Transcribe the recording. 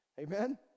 Amen